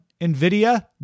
Nvidia